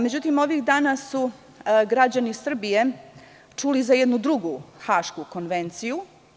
Međutim, ovih dana su građani Srbije čuli za jednu drugu Hašku konvenciju.